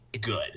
good